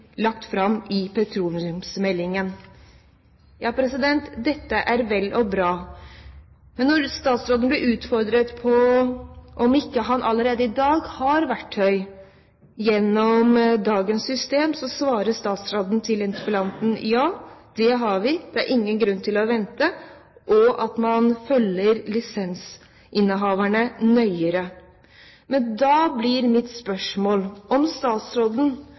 lagt fram i petroleumsmeldingen. Ja, dette er vel og bra, men når statsråden blir utfordret på om ikke han allerede i dag har verktøy gjennom dagens system, så svarer statsråden til interpellanten: Ja, det har vi. Det er ingen grunn til å vente, og vi følger lisensinnehaverne nøyere. Men da blir mitt spørsmål om statsråden er villig til å følge oljedirektør Bente Nylands tankerekke videre, for statsråden